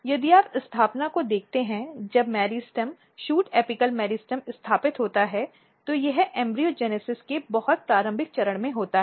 यदि आप स्थापना को देखते हैं जब मेरिस्टम शूट एपिकल मेरिस्टेम स्थापित होता है तो यह भ्रूणजनन के बहुत प्रारंभिक चरण में होता है